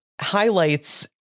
highlights